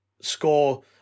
score